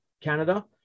Canada